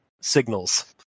signals